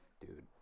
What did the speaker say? dude